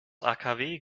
akw